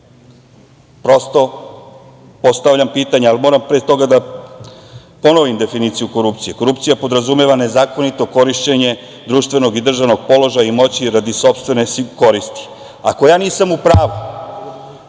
prosto postavljam pitanje, ali moram pre toga da ponovim definiciju korupcije. Korupcija podrazumeva nezakonito korišćenje društvenog i državnog položaja i moći radi sopstvene koristi. Ako ja nisam u pravu,